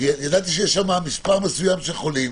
ידעתי שיש שם מספר של חולים